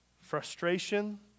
frustration